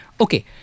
Okay